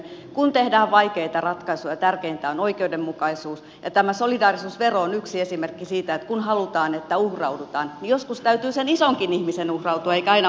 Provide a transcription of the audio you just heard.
kun tehdään vaikeita ratkaisuja tärkeintä on oikeudenmukaisuus ja tämä solidaarisuusvero on yksi esimerkki siitä että kun halutaan että uhraudutaan niin joskus täytyy sen isonkin ihmisen uhrautua eikä aina vain sen pienen